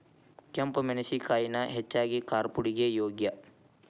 ಕೆಂಪ ಮೆಣಸಿನಕಾಯಿನ ಹೆಚ್ಚಾಗಿ ಕಾರ್ಪುಡಿಗೆ ಯೋಗ್ಯ